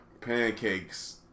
pancakes